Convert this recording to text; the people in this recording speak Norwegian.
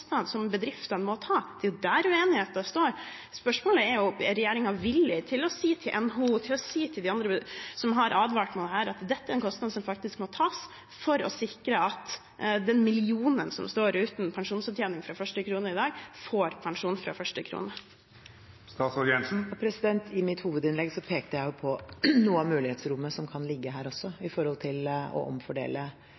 bedriftene må ta? Det er der uenigheten står. Spørsmålet er om regjeringen er villig til å si til NHO, si til de andre som har advart her nå, at dette er en kostnad som faktisk må tas for å sikre at den millionen som i dag står uten pensjonsopptjening fra første krone i dag, får pensjon fra første krone. I mitt hovedinnlegg pekte jeg på noe av mulighetsrommet som kan ligge her også,